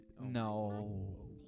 No